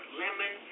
lemon